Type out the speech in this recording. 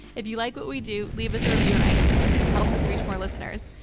if you like what we do, leave us a review on itunes. it helps us reach more listeners,